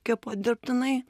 kvėpuot dirbtinai